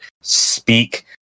speak